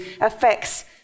affects